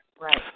right